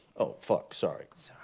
oh fuck sorry. that's